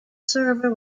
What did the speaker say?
server